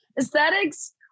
aesthetics